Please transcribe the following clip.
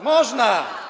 Można.